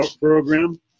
program